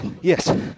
Yes